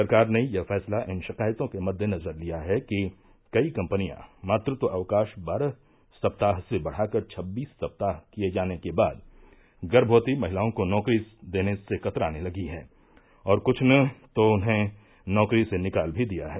सरकार ने यह फैसला इन शिकायतों के मद्देनजर लिया है कि कई कंपनियां मातृत्व अवकाश बारह सप्ताह से बढ़ाकर छब्बीस सप्ताह किए जाने के बाद गर्मवती महिलाओं को नौकरी देने से कतराने लगी हैं और कुछ ने तो उन्हें नौकरी से निकाल भी दिया है